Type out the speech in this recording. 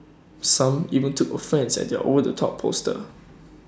some even took offence at their over the top poster